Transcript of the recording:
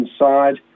inside